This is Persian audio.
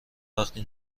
وقتی